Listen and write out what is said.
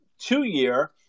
two-year